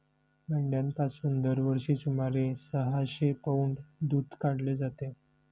मेंढ्यांपासून दरवर्षी सुमारे सहाशे पौंड दूध काढले जाते